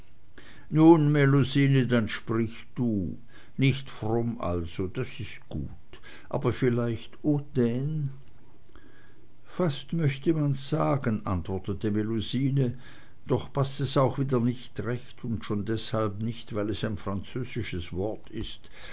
nun melusine dann sprich du nicht fromm also das ist gut aber vielleicht hautaine fast könnte man's sagen antwortete melusine doch paßt es auch wieder nicht recht schon deshalb nicht weil es ein französisches wort ist